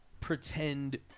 pretend